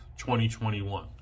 2021